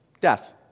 Death